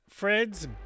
Fred's